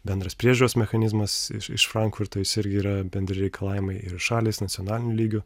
bendras priežiūros mechanizmas iš iš frankfurto jis irgi yra bendri reikalavimai ir šalys nacionaliniu lygiu